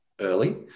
early